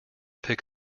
pick